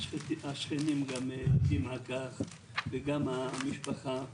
השכנים גם מעידים על כך וגם המשפחה,